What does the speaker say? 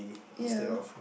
ya